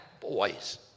boys